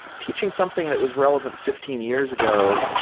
teaching something that was relevant fifteen years ago